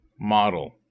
Model